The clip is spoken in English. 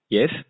Yes